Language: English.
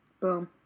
Boom